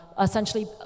essentially